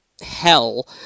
hell